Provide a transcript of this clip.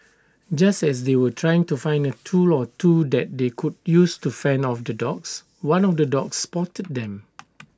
just as they were trying to find A tool or two that they could use to fend off the dogs one of the dogs spotted them